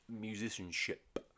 musicianship